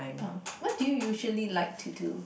what do you usually like to do